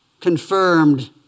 confirmed